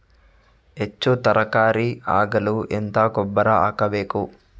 ಹೆಚ್ಚು ತರಕಾರಿ ಆಗಲು ಎಂತ ಗೊಬ್ಬರ ಹಾಕಬೇಕು?